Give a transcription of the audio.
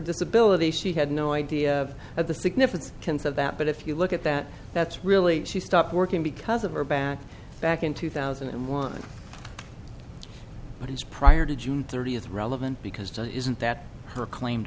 disability she had no idea of the significance of that but if you look that that's really she stopped working because of her back back in two thousand and one what is prior to june thirtieth relevant because isn't that her claimed